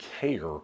care